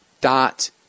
dot